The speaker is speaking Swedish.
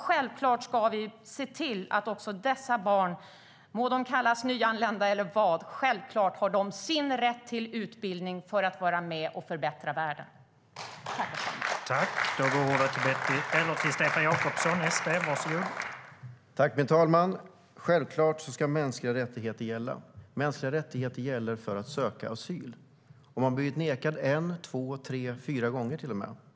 Självklart ska vi se till att också dessa barn, de må kallas nyanlända eller annat, har rätt till sin utbildning för att kunna vara med och förbättra världen.